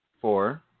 Four